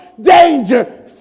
danger